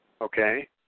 Okay